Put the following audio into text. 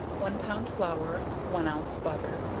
one pound flour, one ounce butter,